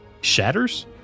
shatters